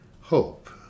hope